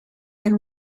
and